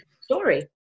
story